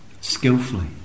skillfully